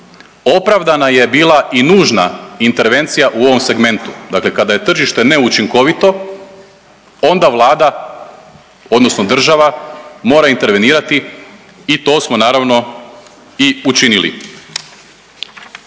opravdana je bila i nužna intervencija u ovom segmentu, dakle kada je tržište neučinkovito, onda Vlada odnosno država mora intervenirati i to smo naravno i učinili.